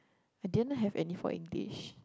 I didn't have any for English